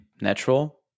natural